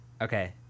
Okay